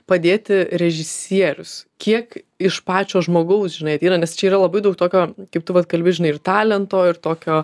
padėti režisierius kiek iš pačio žmogaus žinai ateina nes čia yra labai daug tokio kaip tu vat kalbi žinai ir talento ir tokio